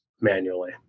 manually